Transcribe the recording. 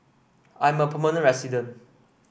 I'm a permanent resident